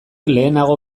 lehenago